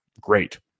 great